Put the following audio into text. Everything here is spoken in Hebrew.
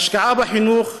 ההשקעה בחינוך,